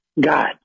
God